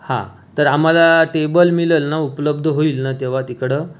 हा तर आम्हाला टेबल मिळेल ना उपलब्ध होईल ना तेव्हा तिकडं